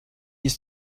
ist